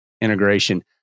integration